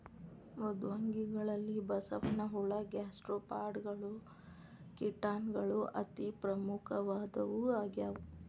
ಮೃದ್ವಂಗಿಗಳಲ್ಲಿ ಬಸವನಹುಳ ಗ್ಯಾಸ್ಟ್ರೋಪಾಡಗಳು ಚಿಟಾನ್ ಗಳು ಅತಿ ಪ್ರಮುಖವಾದವು ಆಗ್ಯಾವ